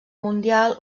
mundial